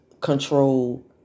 control